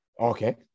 Okay